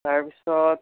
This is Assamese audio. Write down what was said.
তাৰপিছত